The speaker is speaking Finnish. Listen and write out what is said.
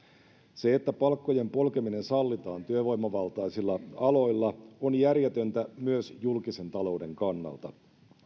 se että palkkojen polkeminen sallitaan työvoimavaltaisilla aloilla on järjetöntä myös julkisen talouden kannalta